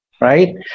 right